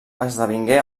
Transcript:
esdevingué